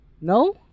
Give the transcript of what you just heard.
No